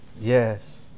Yes